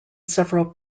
several